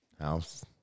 house